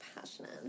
passionate